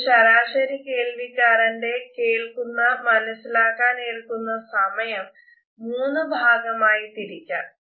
ഒരു ശരാശരി കേൾവിക്കാരന്റെ കേൾക്കുന്ന മനസിലാക്കാൻ എടുക്കുന്ന സമയം മൂന്നു ഭാഗമായി തിരിക്കാം